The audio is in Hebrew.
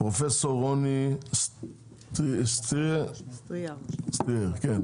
פרופסור רוני סטריאר כאן?